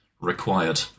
required